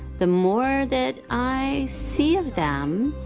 the more that i see of them,